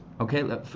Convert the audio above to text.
Okay